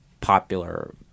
popular